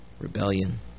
rebellion